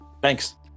Thanks